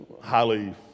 highly